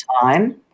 time